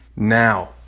Now